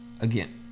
again